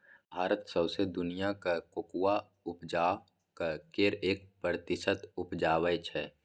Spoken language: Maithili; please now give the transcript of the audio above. भारत सौंसे दुनियाँक कोकोआ उपजाक केर एक प्रतिशत उपजाबै छै